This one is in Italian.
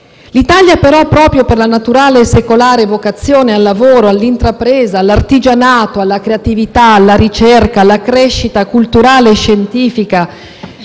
l'Italia, proprio per la naturale e secolare vocazione al lavoro, all'intrapresa, all'artigianato, alla creatività, alla ricerca, alla crescita culturale e scientifica,